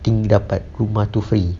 think dapat rumah tu free